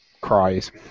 cries